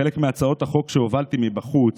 חלק מהצעות החוק שהובלתי מבחוץ,